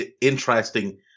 interesting